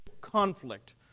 conflict